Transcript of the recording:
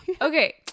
Okay